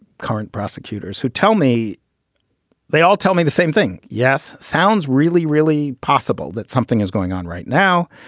current prosecutors who tell me they all tell me the same thing. yes. sounds really, really possible that something is going on right now.